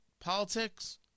politics